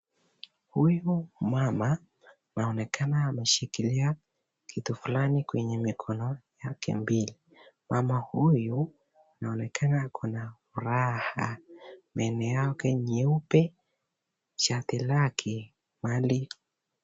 Huyu mama anaonekana ameshikilia kitu fulani kwenye mikono yake mbili. Mama huyu anaonekana ako na furaha. Meno yake nyeupe shati lake mahali.